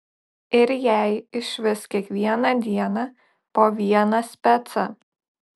ir jai išvis kiekvieną dieną po vieną specą